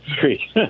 three